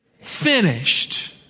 Finished